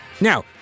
Now